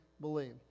believe